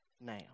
now